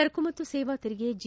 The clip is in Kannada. ಸರಕು ಮತ್ತು ಸೇವಾ ತೆರಿಗೆ ಜಿ